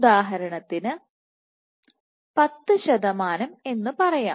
ഉദാഹരണത്തിന് 10 ശതമാനം എന്ന് പറയാം